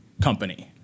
company